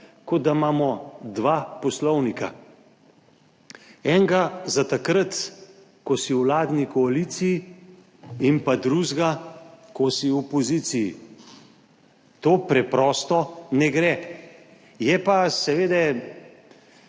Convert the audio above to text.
kot da imamo dva poslovnika, enega za takrat, ko si v vladni koaliciji, in drugega, ko si v opoziciji. To preprosto ne gre. Je pa seveda